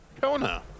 kona